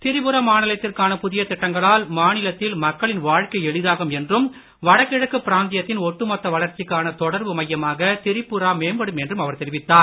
திரிபுரா மாநிலத்திற்கான புதிய திட்டங்களால் மாநிலத்தில் மக்களின் வாழ்க்கை எளிதாகும் என்றும் வடகிழக்கு பிராந்தியத்தின் ஒட்டுமொத்த வளர்ச்சிக்கான தொடர்பு மையமாக திரிபுரா மேம்படும் என்றும் அவர் தெரிவித்தார்